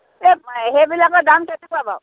এই সেইবিলাকৰ দাম কেনেকুৱা বাৰু